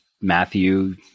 Matthew